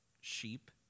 sheep